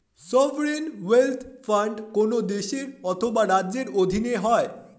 sovereign wealth fund কোন দেশ অথবা রাজ্যের অধীনে হয়